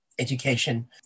education